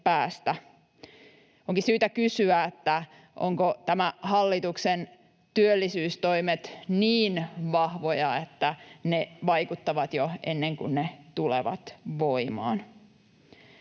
Onkin syytä kysyä, ovatko nämä hallituksen työllisyystoimet niin vahvoja, että ne vaikuttavat jo ennen kuin ne tulevat voimaan.